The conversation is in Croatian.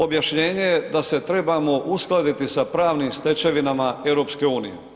Objašnjenje da se trebamo uskladiti sa pravnim stečevinama EU.